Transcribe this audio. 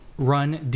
Run